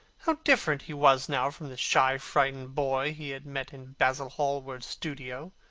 how different he was now from the shy frightened boy he had met in basil hallward's studio!